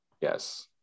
Yes